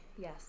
Yes